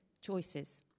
choices